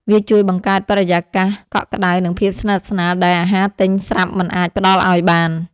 វាជួយបង្កើតបរិយាកាសកក់ក្ដៅ និងភាពស្និទ្ធស្នាលដែលអាហារទិញស្រាប់មិនអាចផ្ដល់ឱ្យបាន។